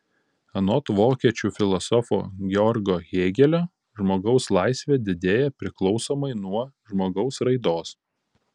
anot vokiečių filosofo georgo hėgelio žmogaus laisvė didėja priklausomai nuo žmogaus raidos